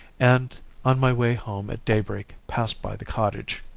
and on my way home at daybreak passed by the cottage.